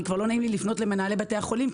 כבר לא נעים לי לפנות למנהלי בתי החולים,